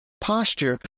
posture